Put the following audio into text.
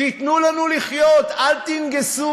תנו לנו לחיות, אל תנגסו.